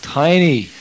tiny